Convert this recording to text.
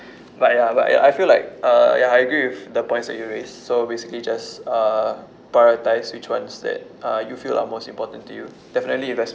but ya but ya I feel like uh ya I agree with the points that you raised so basically just uh prioritise which ones that are you feel are most important to you definitely